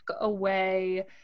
away